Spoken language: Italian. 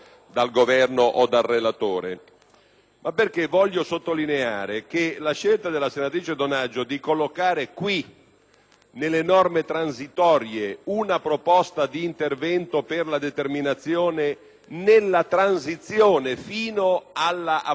voglio sottolineare che la scelta della senatrice Donaggio di collocare qui, nelle norme transitorie, una proposta di intervento per la determinazione, nella transizione fino all'applicazione a regime di questa legge,